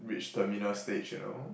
reach terminal stage you know